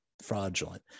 fraudulent